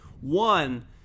One